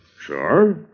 Sure